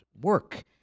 work